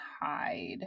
hide